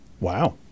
Wow